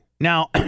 Now